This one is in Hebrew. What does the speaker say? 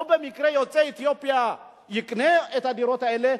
אם במקרה יוצא אתיופיה יקנה את הדירות האלה,